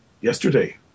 Yesterday